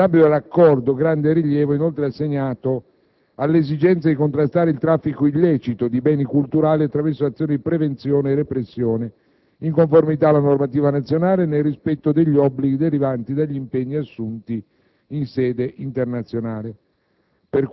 Nell’ambito dell’Accordo, grande rilievo epoi assegnato all’esigenza di contrastare il traffico illecito di beni culturali, attraverso azioni di prevenzione e repressione, in conformita alla normativa nazionale e nel rispetto degli obblighi derivanti dagli impegni assunti in sede internazionale.